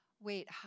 Wait